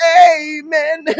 amen